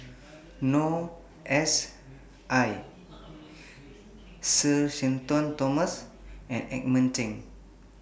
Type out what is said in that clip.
Noor S I Sir Shenton Thomas and Edmund Cheng